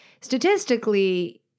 statistically